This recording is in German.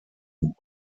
wurden